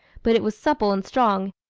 but it was supple and strong,